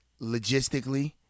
logistically